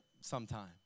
sometime